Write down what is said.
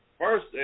first